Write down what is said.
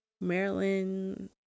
Maryland